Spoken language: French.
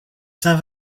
saint